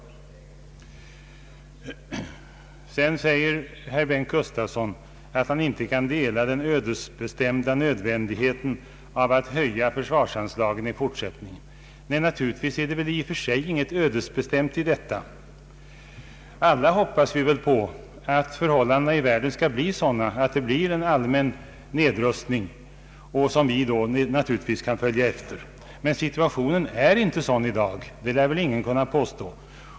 Herr Bengt Gustavsson säger också att han inte kan dela uppfattningen om den ödesbestämda nödvändigheten att höja försvarsanslagen i fortsättningen. Naturligtvis är det i och för sig inget ödesbestämt i detta. Alla hoppas vi på att förhållandena i världen skall bli sådana att en allmän nedrustning kan företas, där vi kan följa med. Men situationen är inte sådan i dag. Det har ingen kunnat påstå.